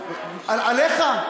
עליך.